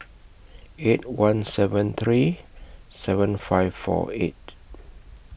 eight one seven three seven five four eight